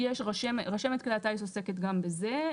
רשמת כלי הטיס עוסקת גם בזה.